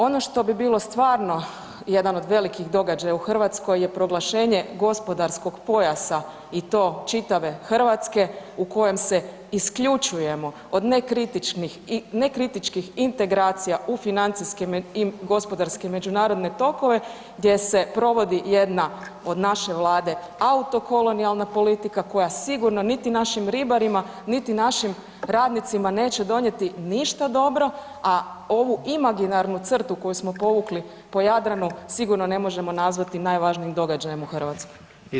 Ono što bi bilo stvarno jedan od velikih događaja u Hrvatskoj je proglašenje gospodarskog pojasa i to čitave Hrvatske u kojem se isključujemo od nekritičnih, nekritičkih integracija u financijske i gospodarske i međunarodne tokove gdje se provodi jedna, od naše vlade, auto kolonijalna politika koja sigurno niti našim ribarima, niti našim radnicima neće donijeti ništa dobro, a ovu imaginarnu crtu koju smo povukli po Jadranu sigurno ne možemo nazvati najvažnijim događajem u Hrvatskoj.